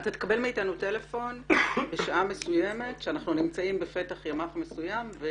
אתה תקבל מאיתנו טלפון בשעה מסוימת שאנחנו נמצאים בפתח ימ"ח מסוים.